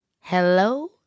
Hello